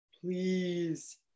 please